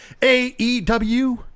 AEW